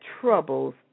troubles